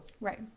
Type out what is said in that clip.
Right